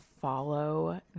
follow